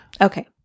Okay